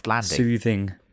soothing